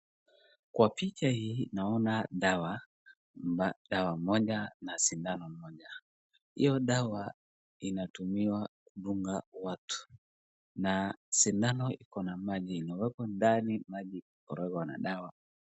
Dawa moja na sindano moja, hiyo dawa inatumika kudunga watu, na sindano iko na maji, maji imekorogwa na dawa.